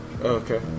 Okay